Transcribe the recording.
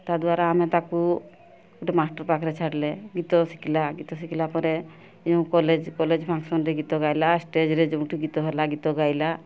ତା' ଦ୍ୱାରା ଆମେ ତାକୁ ଗୋଟିଏ ମାଷ୍ଟର୍ ପାଖରେ ଛାଡ଼ିଲେ ଗୀତ ଶିଖିଲା ଗୀତ ଶିଖିଲା ପରେ ଯେଉଁ କଲେଜ୍ କଲେଜ୍ ଫଙ୍କସନ୍ରେ ଗୀତ ଗାଇଲା ଷ୍ଟେଜ୍ରେ ଯେଉଁଠି ଗୀତ ହେଲା ଗୀତ ଗାଇଲା